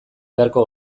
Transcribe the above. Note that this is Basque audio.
beharko